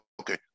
Okay